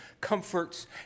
comforts